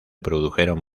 produjeron